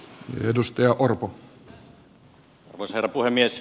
arvoisa herra puhemies